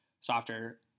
softer